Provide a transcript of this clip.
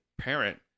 parent